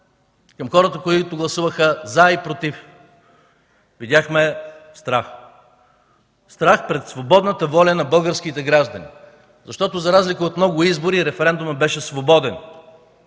към хората, които гласуваха „за” и „против”? Видяхме страх. Страх пред свободната воля на българските граждани, защото, за разлика от много избори, референдумът беше свободен,